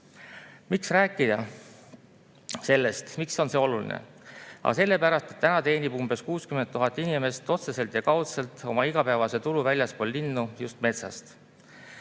Miks rääkida sellest? Miks on see oluline? Sellepärast et täna teenib umbes 60 000 inimest otseselt ja kaudselt oma igapäevase tulu väljaspool linnu just metsast.